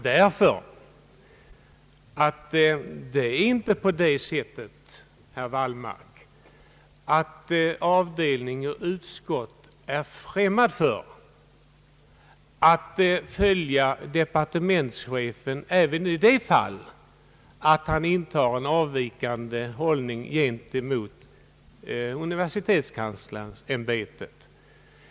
Det är inte så, herr Wallmark, att avdelning och utskott är främmande för att följa departements chefen även när han intar en avvikande hållning gentemot universitetskans-- lersämbetet.